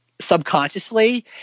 subconsciously